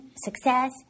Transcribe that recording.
success